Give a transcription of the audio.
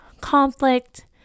conflict